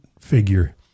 figure